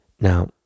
Now